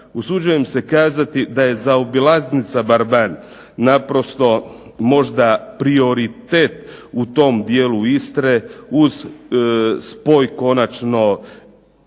Usuđujem se reći da je zaobilaznica Barban naprosto možda prioritet u tom dijelu Istre uz spoj konačno